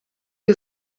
ihr